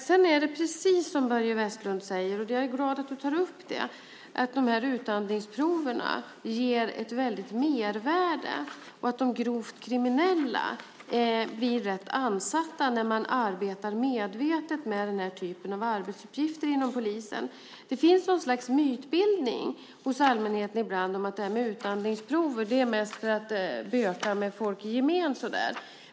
Sedan är det precis som Börje Vestlund säger, vilket jag är glad över att han tar upp, nämligen att dessa utandningsprov ger ett stort mervärde och att de grovt kriminella blir rätt ansatta när man arbetar medvetet med denna typ av arbetsuppgifter inom polisen. Det finns något slags mytbildning hos allmänheten ibland om att utandningsprov mest är till för att böka med folk i gemen.